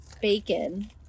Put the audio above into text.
bacon